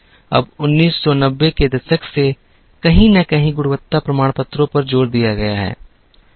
अब 1990 के दशक से कहीं न कहीं गुणवत्ता प्रमाणपत्रों पर जोर दिया गया है